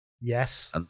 Yes